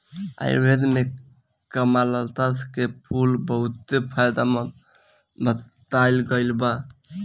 आयुर्वेद में कामलता के फूल के बहुते फायदा बतावल गईल हवे